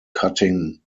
cutting